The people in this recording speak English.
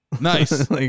Nice